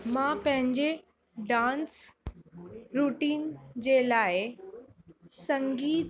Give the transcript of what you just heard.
मां पंहिंजे dance routine जे लाइ संगीत